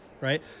right